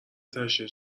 تشییع